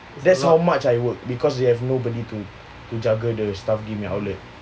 that's how much I work because you have nobody to juggle the stuff give me outlet